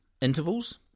intervals